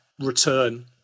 return